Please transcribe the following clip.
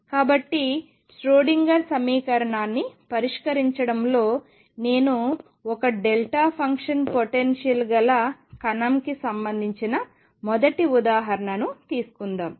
కాబట్టి ష్రోడింగర్ సమీకరణాన్ని పరిష్కరించడంలో నేను ఒక డెల్టా ఫంక్షన్ పొటెన్షియల్ గల కణం కి సంబంధించిన మొదటి ఉదాహరణను తీసుకుందాం